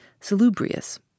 salubrious